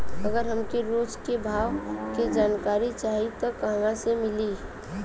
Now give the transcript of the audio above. अगर हमके रोज के भाव के जानकारी चाही त कहवा से मिली?